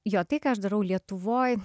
jo tai ką aš darau lietuvoj